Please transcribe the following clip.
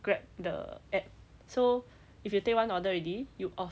grab the app so if you take one order already you off